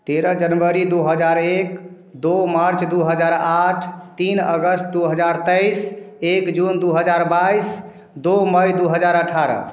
तेरह जनवरी दो हज़ार एक दो मार्च दो हज़ार आठ तीन अगस्त दो हज़ार तेईस एक जून दो हज़ार बाईस दो मई दो हज़ार अट्ठारह